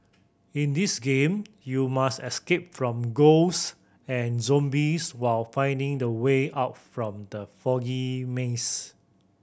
in this game you must escape from ghosts and zombies while finding the way out from the foggy maze